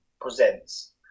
presents